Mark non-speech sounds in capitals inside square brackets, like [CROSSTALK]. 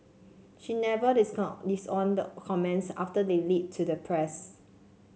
she never [UNINTELLIGIBLE] disowned the comments after they leaked to the press